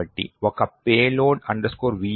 కాబట్టి ఒక payload vm